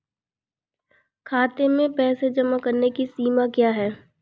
खाते में पैसे जमा करने की सीमा क्या है?